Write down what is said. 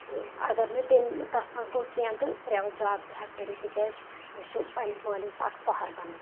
تہٕ اگر نہٕ تٔمۍ تتھ منٛز گوٚو کینٛہہ تہٕ پرٛیویٹ جاب تہِ ہٮ۪کہٕ کٔرتھ تِکیٛازِ مےٚ چھُ پنٕنِس مٲلِس اکھ سہار بنُن